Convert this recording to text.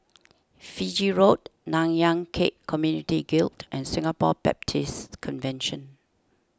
Fiji Road Nanyang Khek Community Guild and Singapore Baptist Convention